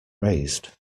raised